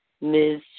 Ms